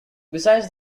besides